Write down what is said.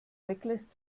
weglässt